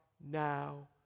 now